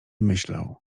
myślał